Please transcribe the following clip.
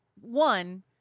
one